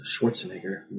Schwarzenegger